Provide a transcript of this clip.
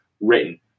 written